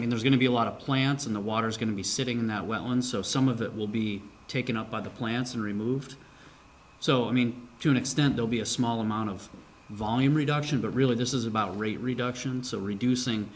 mean there's going to be a lot of plants in the water's going to be sitting in that well and so some of that will be taken up by the plants and removed so i mean to an extent they'll be a small amount of volume reduction but really this is about rate reduction so reducing